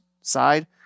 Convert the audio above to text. side